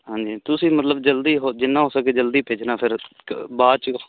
ਹਾਂਜੀ ਤੁਸੀਂ ਮਤਲਬ ਜਲਦੀ ਹੋ ਜਿੰਨਾ ਹੋ ਸਕੇ ਜਲਦੀ ਭੇਜਣਾ ਫਿਰ ਬਾਅਦ 'ਚ